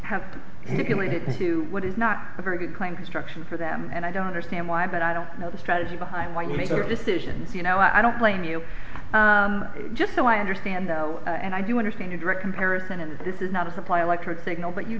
him to what is not a very good clean construction for them and i don't understand why but i don't know the strategy behind when you make your decisions you know i don't blame you just so i understand though and i do understand a direct comparison and this is not a supply electric signal but you